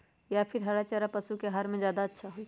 या फिर हरा चारा पशु के आहार में ज्यादा अच्छा होई?